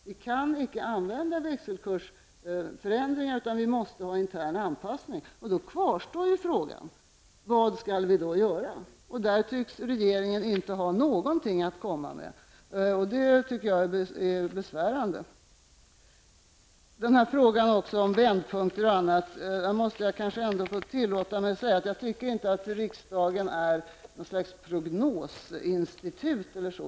Vi kan inte använda växelkursförändringar, utan vi måste ha intern anpassning. Och då kvarstår frågan: Vad skall vi då göra? Där tycks regeringen inte ha någonting att komma med, och det tycker jag är besvärande. I frågan om vändpunkter och annat måste jag ändå tillåta mig att säga att jag tycker inte att riksdagen är något slags prognosinstitut.